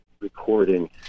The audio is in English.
recording